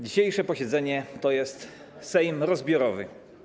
Dzisiejsze posiedzenie to jest Sejm rozbiorowy.